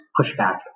pushback